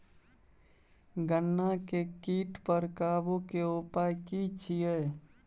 गन्ना के कीट पर काबू के उपाय की छिये?